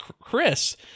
Chris